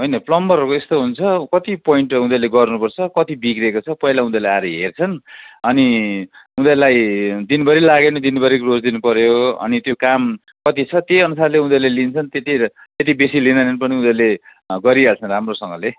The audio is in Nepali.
होइन प्लमबरहरूको यस्तो हुन्छ कति पोइन्ट उनीहरूले गर्नुपर्छ कति बिग्रिएको छ पहिला उनीहरूले आएर हेर्छन् अनि उनीहरूलाई दिनभरि लाग्यो भने दिनभरिको रोज दिनुपऱ्यो अनि त्यो काम कति छ त्यही अनुसारले उनीहरूले लिन्छन् त्यति र त्यति बेसी लिँदैनन् पनि उनीहरूले गरिहाल्छ राम्रोसँगले